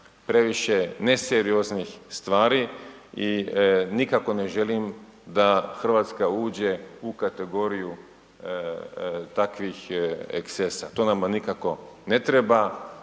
previše ne serioznih stvari i nikako ne želim da Hrvatska uđe u kategoriju takvih ekscesa. To nama nikako ne treba.